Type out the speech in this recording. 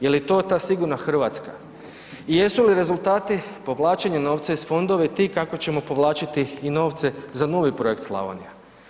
Jeli to ta sigurna Hrvatska i jesu li rezultati povlačenja novca iz fondova ti kako ćemo povlačiti i novce za novi projekt „Slavonija“